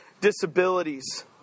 disabilities